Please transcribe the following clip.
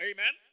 Amen